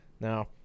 Now